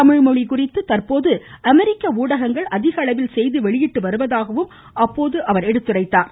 தமிழ்மொழி குறித்து தற்போது அமெரிக்க ஊடகங்கள் அதிகளவில் செய்தி வெளியிட்டு வருவதாகவும் அவர் எடுத்துரைத்தார்